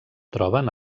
troben